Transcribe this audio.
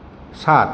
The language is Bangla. সাত